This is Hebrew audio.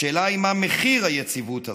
השאלה היא מה מחיר היציבות הזו.